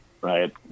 Right